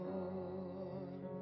Lord